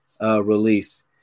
release